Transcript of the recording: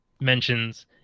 mentions